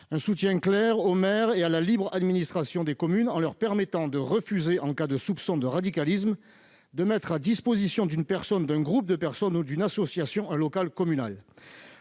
un soutien clair aux maires et à la libre administration des communes en leur permettant de refuser, en cas de soupçons de radicalisme, de mettre à disposition d'une personne, d'un groupe de personnes ou d'une association un local communal.